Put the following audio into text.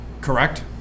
correct